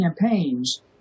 campaigns